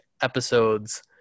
episodes